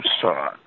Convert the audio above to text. saw